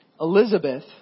Elizabeth